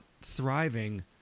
thriving